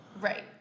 Right